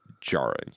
jarring